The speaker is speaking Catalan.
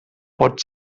pot